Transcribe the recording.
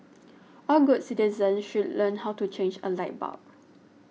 all good citizens should learn how to change a light bulb